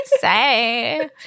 say